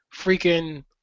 freaking